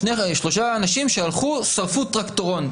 שלושה אנשים שהלכו ושרפו טרקטורון,